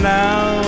now